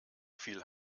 viel